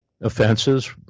offenses